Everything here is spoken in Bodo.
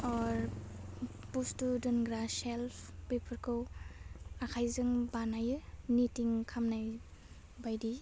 अर बुस्तु दोनग्रा सेल्प बेफोखौ आखाइजों बानायो मिडिं खामनाय बायदि